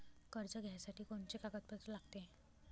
कर्ज घ्यासाठी कोनचे कागदपत्र लागते?